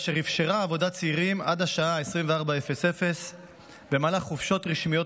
אשר אפשר עבודת צעירים עד השעה 24:00 במהלך חופשות רשמיות